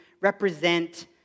represent